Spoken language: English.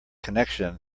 connection